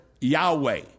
Yahweh